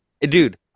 dude